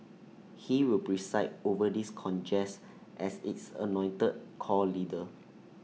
he will preside over this congress as its anointed core leader